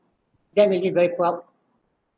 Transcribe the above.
that made me very proud